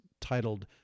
titled